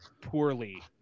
poorly